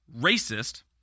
racist